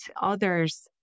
others